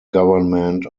government